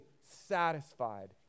satisfied